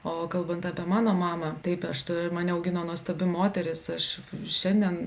o kalbant apie mano mamą taip aš mane augino nuostabi moteris aš šiandien